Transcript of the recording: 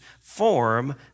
form